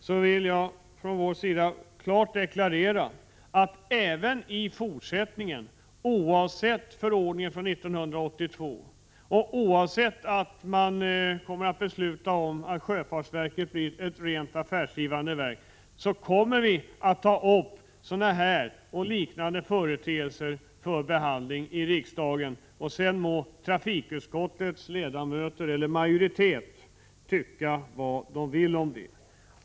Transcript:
Jag vill klart deklarera att vi från vpk:s sida även i fortsättningen kommer att ta upp sådana här företeelser till behandling i riksdagen, oavsett förordningen från 1982 och oavsett att man kommer att besluta att ombilda sjöfartsverket till ett rent affärsdrivande verk. Sedan må trafikutskottets majoritet tycka vad den vill om det.